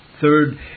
Third